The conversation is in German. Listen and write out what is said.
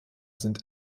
sind